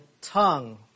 tongue